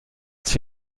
sich